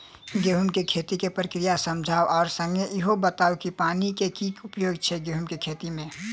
गेंहूँ केँ खेती केँ प्रक्रिया समझाउ आ संगे ईहो बताउ की पानि केँ की उपयोग छै गेंहूँ केँ खेती में?